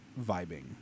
vibing